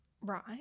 Right